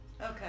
Okay